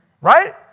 right